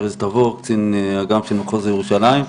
אני קצין אג"ם של מחוז ירושלים.